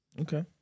Okay